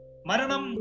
Maranam